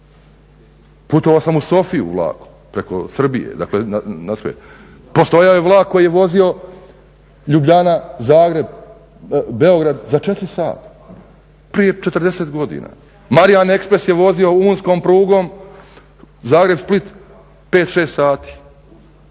Putovao sam u Sofiju vlakom preko Srbije. Postojao je vlak koji je vozio Ljubljana-Zagreb-Beograd za 4 sata, prije 40 godina. Marjan Express je vozio unskom prugom Zagreb-Split 5, 6 sati